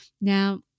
Now